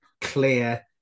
clear